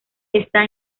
esta